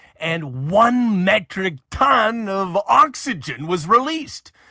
and one metric tonne of oxygen was released.